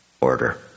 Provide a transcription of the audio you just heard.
order